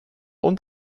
und